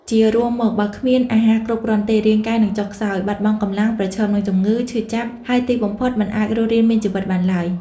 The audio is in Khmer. ជារួមមក បើគ្មានអាហារគ្រប់គ្រាន់ទេ រាងកាយនឹងចុះខ្សោយ បាត់បង់កម្លាំង ប្រឈមនឹងជំងឺ ឈឺចាប់ ហើយទីបំផុតមិនអាចរស់រានមានជីវិតបានឡើយ។